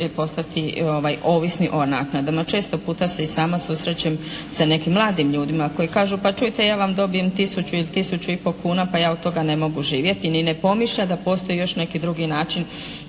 postati ovisni o naknadama. Često puta se i sama susrećem sa nekim mladim ljudima koji kažu pa čujte ja vam dobijem tisuću, tisuću i pol kuna, ja od toga ne mogu živjeti, ni ne pomišlja da postoji još neki drugi način